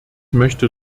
möchte